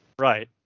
Right